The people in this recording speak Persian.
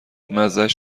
مزهاش